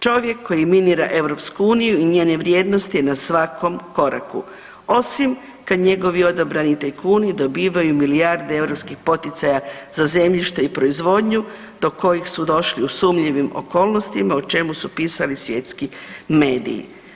Čovjek koji minira EU i njene vrijednosti na svakom koraku osim kad njegovi odabrani tajkuni dobijavaju milijarde europskih poticaja za zemljište i proizvodnju do kojih su došli u sumnjivim okolnostima o čemu su pisali svjetski mediji.